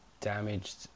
damaged